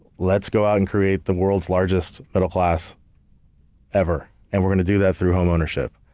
let's go out and create the world's largest middle class ever, and we're going to do that through home ownership.